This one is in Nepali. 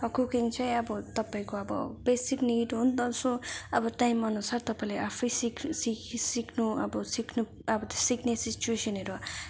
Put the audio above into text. कुकिङ चाहिँ अब तपाईँको अब बेसिक निड हो नि त सो अब टाइम अनुसार तपाईँले आफै सिक सिक सिक्नु अब सिक्नु अब त सिक्ने सिच्वेसनहरू